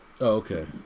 okay